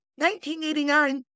1989